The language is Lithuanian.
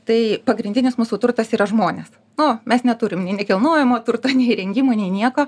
tai pagrindinis mūsų turtas yra žmonės nu mes neturim nei nekilnojamo turto nei įrengimų nei nieko